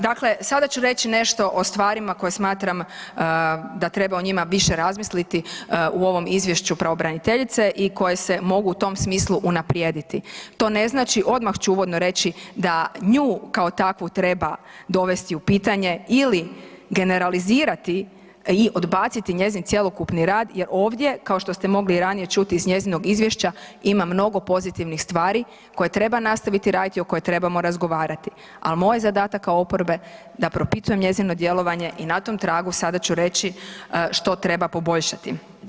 Dakle, sada ću reći nešto o stvarima koje smatram da treba o njima više razmisliti u ovom Izvješću pravobraniteljice i koje se mogu u tom smislu unaprijediti, to ne znači, odmah ću uvodno reći da nju kao takvu treba dovesti u pitanje ili generalizirati i odbaciti njezin cjelokupni rad je ovdje kao što ste mogli i ranije čuti iz njezina Izvješća, ima mnogo pozitivnih stvari koje treba nastaviti raditi i o kojima trebamo razgovarati, ali moj je zadatak kao oporbe da propitujem njezino djelovanje i na tom tragu sada ću reći što treba poboljšati.